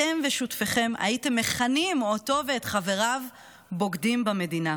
אתם ושותפיכם הייתם מכנים אותו ואת חבריו "בוגדים במדינה".